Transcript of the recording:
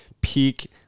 peak